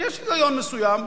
ויש היגיון מסוים,